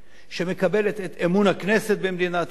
שמקבלת את אמון הכנסת במדינת ישראל?